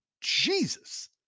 Jesus